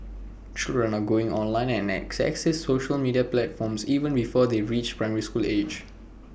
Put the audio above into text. children are going online and accessing social media platforms even before they reach primary school age